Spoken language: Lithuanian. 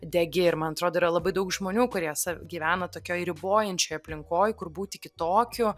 degi ir man atrodo yra labai daug žmonių kurie sa gyvena tokioj ribojančioj aplinkoj kur būti kitokiu